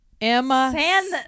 Emma